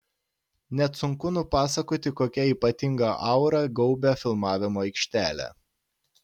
net sunku nupasakoti kokia ypatinga aura gaubia filmavimo aikštelę